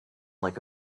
like